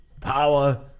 power